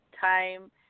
time